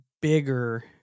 bigger